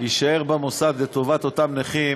יישאר במוסד לטובת אותם נכים.